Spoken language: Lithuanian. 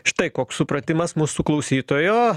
štai koks supratimas mūsų klausytojo